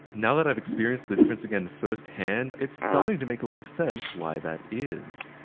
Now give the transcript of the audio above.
now that i've experienced the difference again first hand, it's starting to make a lot of sense why that is.